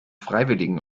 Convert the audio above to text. freiwilligen